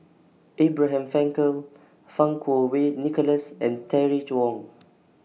Abraham Frankel Fang Kuo Wei Nicholas and Terry Wong